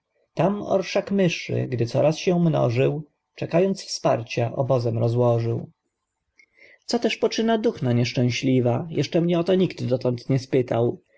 tam orszak myszy gdy coraz się mnożył czekając wsparcia obozem rozłożył co też poczyna duchna nieszczęśliwa jeszcze mnie o to nikt dotąd nie spytał